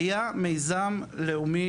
היה מיזם לאומי,